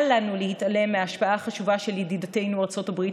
אל לנו להתעלם מההשפעה החשובה של ידידתנו ארצות הברית